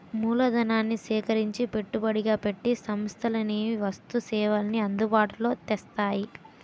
మూలధనాన్ని సేకరించి పెట్టుబడిగా పెట్టి సంస్థలనేవి వస్తు సేవల్ని అందుబాటులో తెస్తాయి